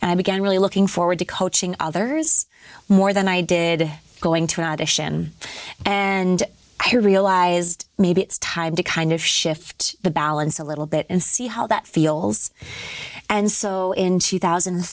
and i began really looking forward to coaching others more than i did going to audition and i realized maybe it's time to kind of shift the balance a little bit and see how that feels and so in two thousand and